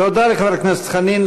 תודה לחבר הכנסת חנין.